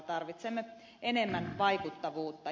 tarvitsemme enemmän vaikuttavuutta